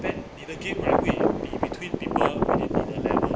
band 你的 game 会 be between people within the level